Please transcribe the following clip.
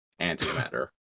antimatter